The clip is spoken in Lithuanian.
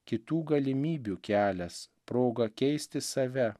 kitų galimybių kelias proga keisti save